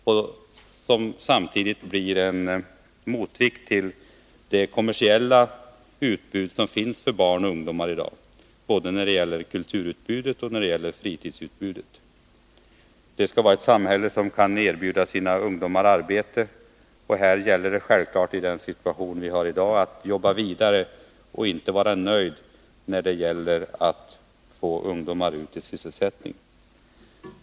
Samtidigt skall det vara en motvikt till det kommersiella utbud som finns för barn och ungdomar i dag. Det gäller både kulturutbudet och fritidsutbudet. Det skall vara ett samhälle som kan erbjuda ungdomarna arbete. Och här gäller det självfallet i den situation vi har i dag att jobba vidare och inte vara nöjd när det är fråga om att ge ungdomar sysselsättning.